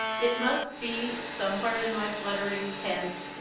it must be, somewhere in my fluttering tent,